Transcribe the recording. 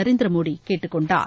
நரேந்திரமோடி கேட்டுக் கொண்டார்